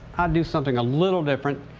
do something a little different.